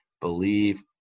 believe